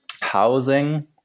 housing